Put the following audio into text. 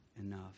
enough